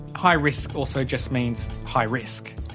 high risk also just means high risk,